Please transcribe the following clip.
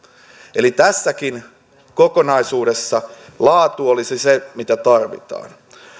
eli tässäkin kokonaisuudessa laatu olisi se mitä tarvitaan